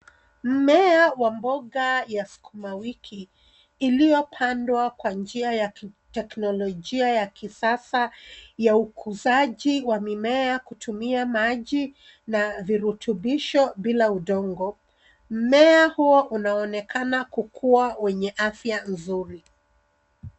Mmea wa mboga ya sukuma wiki iliyopandwa kwa njia ya kiteknolojia ya kisasa ya ukusaji wa mimea kutumia maji na virutubisho bila udongo. Mmea huo unaonekana kukuwa wenye afya nzuri.